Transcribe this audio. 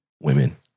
Women